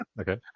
Okay